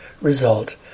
result